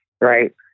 Right